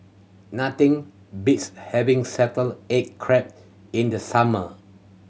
nothing beats having salted egg crab in the summer